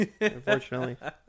unfortunately